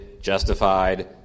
justified